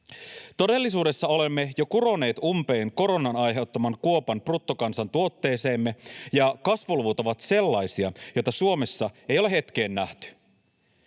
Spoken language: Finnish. Todellisuudessa olemme jo kuroneet umpeen koronan aiheuttaman kuopan bruttokansantuotteeseemme ja kasvuluvut ovat sellaisia, joita Suomessa ei ole hetkeen nähty.